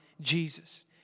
Jesus